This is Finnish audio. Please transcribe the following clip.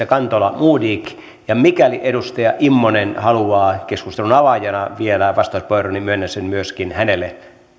kantola ja modig ja mikäli edustaja immonen haluaa keskustelun avaajana vielä vastauspuheenvuoron niin myönnän sen myöskin hänelle